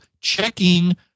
checking